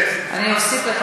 אני אוסיף לך,